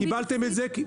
קיבלתם את זה מצוין.